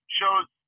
shows